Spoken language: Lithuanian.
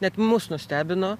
net mus nustebino